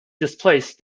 displaced